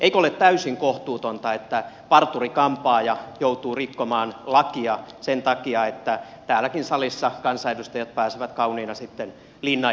eikö ole täysin kohtuutonta että parturi kampaaja joutuu rikkomaan lakia sen takia että täälläkin salissa olevat kansanedustajat pääsevät kauniina sitten linnan juhliin edustamaan